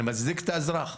אני מצדיק את האזרח,